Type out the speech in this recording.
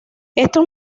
estos